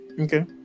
Okay